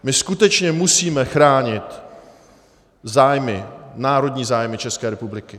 My skutečně musíme chránit zájmy, národní zájmy České republiky.